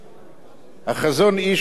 החזון-אי"ש לבין בן-גוריון,